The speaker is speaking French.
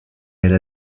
elle